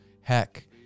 Heck